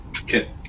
Okay